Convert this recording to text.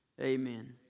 Amen